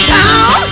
town